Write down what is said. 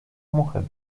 muchę